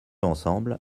ensemble